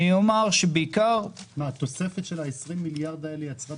אני אומר שבעיקר --- התוספת של אותם 20 מיליארד יצרה תרעומת?